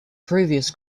previous